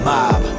Mob